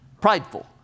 Prideful